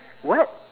what